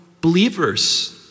believers